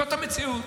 זאת המציאות.